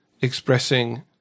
expressing